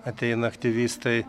ateina aktyvistai